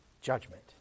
Judgment